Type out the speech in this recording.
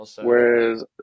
whereas